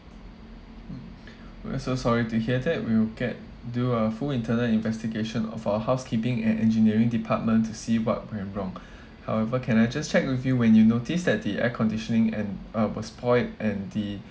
mm we're so sorry to hear that we'll get do a full internal investigation of our housekeeping and engineering department to see what went wrong however can I just check with you when you noticed that the air conditioning and uh was spoilt and the